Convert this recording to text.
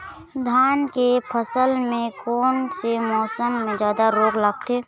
धान के फसल मे कोन से मौसम मे जादा रोग लगथे?